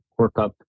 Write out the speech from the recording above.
workup